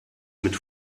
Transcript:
mit